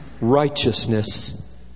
righteousness